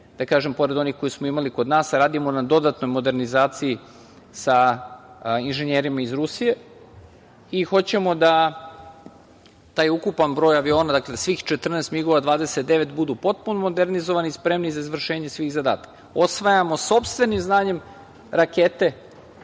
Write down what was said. da kažem, pored onih koje smo imali kod nas, a radimo na dodatnoj modernizaciji sa inženjerima iz Rusije, i hoćemo da taj ukupan broj aviona, dakle da svih 14 MIG-ova 29 budu potpuno modernizovani i spremni za izvršenje svih zadataka. Osvajamo sopstvenim znanjem rakete,